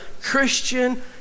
Christian